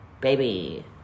baby